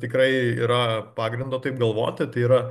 tikrai yra pagrindo taip galvoti tai yra